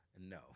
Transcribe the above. no